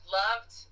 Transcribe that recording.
loved